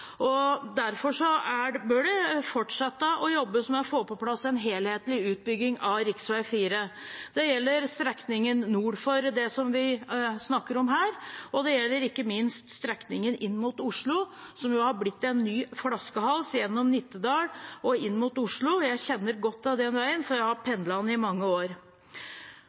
derfor bør det fortsatt jobbes med å få på plass en helhetlig utbygging av rv. 4. Det gjelder strekningen nord for det som vi snakker om her, og det gjelder ikke minst strekningen inn mot Oslo, som jo er blitt en ny flaskehals gjennom Nittedal og inn mot Oslo. Jeg kjenner godt til den veien, for jeg har pendlet der i mange år.